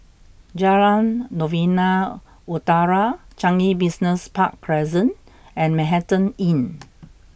Jalan Novena Utara Changi Business Park Crescent and Manhattan Inn